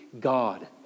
God